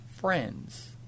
friends